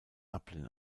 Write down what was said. dublin